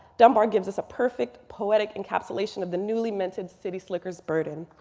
dunbar gives us a perfect poetic encapsulation of the newly minted city slickers burden.